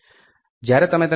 જ્યારે તમે તેને ફરીથી 0